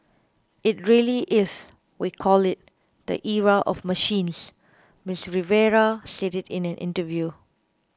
it really is we call it the era of machines Miss Rivera said it in an interview